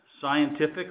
scientific